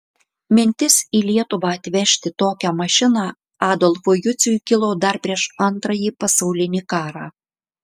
mintis į lietuvą atvežti tokią mašiną adolfui juciui kilo dar prieš antrąjį pasaulinį karą